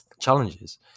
challenges